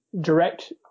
direct